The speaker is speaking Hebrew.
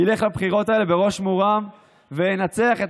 ילך לבחירות האלה בראש מורם וינצח את